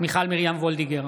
מיכל מרים וולדיגר,